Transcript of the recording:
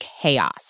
chaos